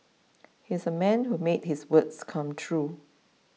he's a man who made his words come true